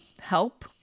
help